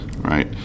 right